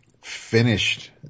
finished